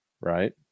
right